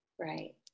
right